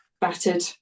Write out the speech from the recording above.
battered